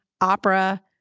opera